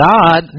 God